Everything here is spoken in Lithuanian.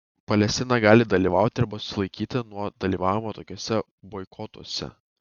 palestina gali dalyvauti arba susilaikyti nuo dalyvavimo tokiuose boikotuose